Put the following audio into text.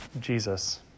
Jesus